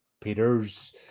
Peter's